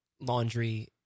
laundry